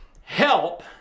help